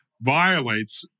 violates